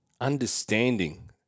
understanding